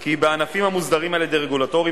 כי בענפים המוסדרים על-ידי רגולטורים